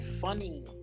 funny